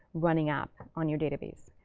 running app on your database.